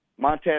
Montez